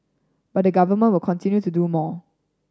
but the Government will continue to do more